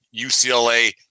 UCLA